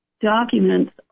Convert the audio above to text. documents